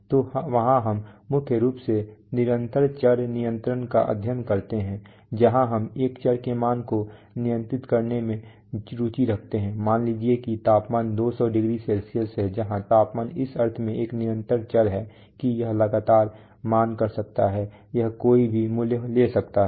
तो वहाँ हम मुख्य रूप से निरंतर चर नियंत्रण का अध्ययन करते हैं जहाँ हम एक चर के मान को नियंत्रित करने में रुचि रखते हैं मान लीजिए कि तापमान 200˚C है जहाँ तापमान इस अर्थ में एक निरंतर चर है कि यह लगातार मान कर सकता है यह कोई भी मूल्य ले सकता है